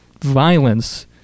violence